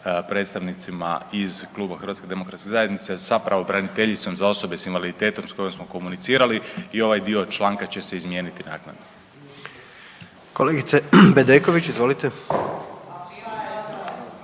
predstavnicima iz Kluba HDZ-a, sa pravobraniteljicom za osobe s invaliditetom s kojom smo komunicirali i ovaj dio članka će se izmijeniti naknadno. **Jandroković, Gordan